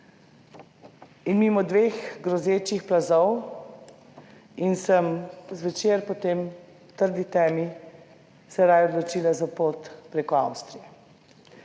mimo dveh grozečih plazov in sem zvečer po tej trdi temi se raje odločila za pot preko Avstrije.